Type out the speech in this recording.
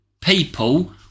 people